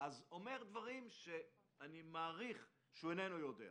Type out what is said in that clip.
אומר דברים שאני מעריך שאיננו יודע.